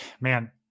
Man